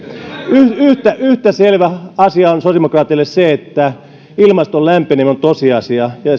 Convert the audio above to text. yhtä yhtä selvä asia on sosiaalidemokraateille se että ilmaston lämpeneminen on tosiasia ja